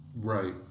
right